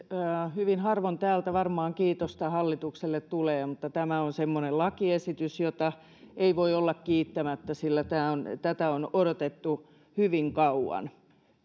hyvin harvoin täältä varmaan kiitosta hallitukselle tulee mutta tämä on semmoinen lakiesitys josta ei voi olla kiittämättä sillä tätä on odotettu hyvin kauan